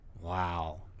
wow